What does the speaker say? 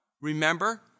Remember